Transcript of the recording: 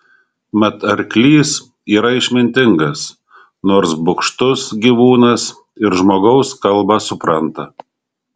mat arklys yra išmintingas nors bugštus gyvūnas ir žmogaus kalbą supranta